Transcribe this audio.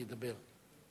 ידבר.